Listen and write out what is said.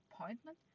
appointment